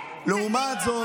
לעומת זאת,